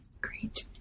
Great